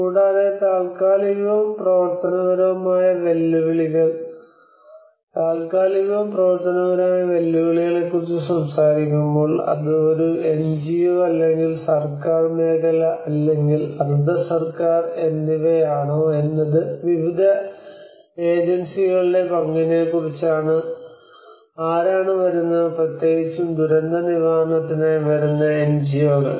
കൂടാതെ താൽക്കാലികവും പ്രവർത്തനപരവുമായ വെല്ലുവിളികൾ താൽക്കാലികവും പ്രവർത്തനപരവുമായ വെല്ലുവിളികളെക്കുറിച്ച് സംസാരിക്കുമ്പോൾ അത് ഒരു എൻജിഒ അല്ലെങ്കിൽ സർക്കാർ മേഖല അല്ലെങ്കിൽ അർദ്ധസർക്കാർ എന്നിവയാണോ എന്നത് വിവിധ ഏജൻസികളുടെ പങ്കിനെക്കുറിച്ചാണ് ആരാണ് വരുന്നത് പ്രത്യേകിച്ചും ദുരന്ത നിവാരണത്തിനായി വരുന്ന എൻജിഒകൾ